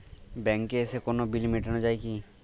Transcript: ব্যাংকে এসে কোনো বিল কি মেটানো যাবে?